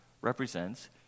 represents